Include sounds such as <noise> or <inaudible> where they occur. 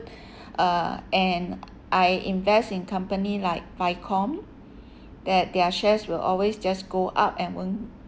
<breath> uh and I invest in company like Vicom that their shares will always just go up and won't